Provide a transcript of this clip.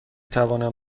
توانم